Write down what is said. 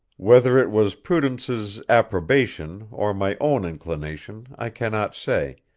whether it was prudence's approbation or my own inclination i cannot say,